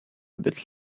but